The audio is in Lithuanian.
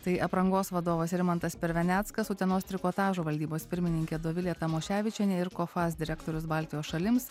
tai aprangos vadovas rimantas perveneckas utenos trikotažo valdybos pirmininkė dovilė tamoševičienė ir kofas direktorius baltijos šalims